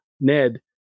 ned